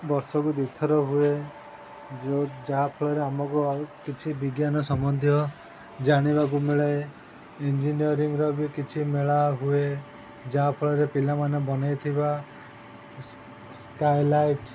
ବର୍ଷକୁ ଦୁଇ ଥର ହୁଏ ଯେଉଁ ଯାହାଫଳରେ ଆମକୁ ଆଉ କିଛି ବିଜ୍ଞାନ ସମ୍ବନ୍ଧୀୟ ଜାଣିବାକୁ ମିଳେ ଇଞ୍ଜିନିୟରିଂର ବି କିଛି ମେଳା ହୁଏ ଯାହାଫଳରେ ପିଲାମାନେ ବନେଇଥିବା ସ୍କାଇଲାଇଟ୍